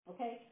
Okay